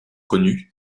connue